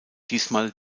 diesmal